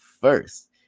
first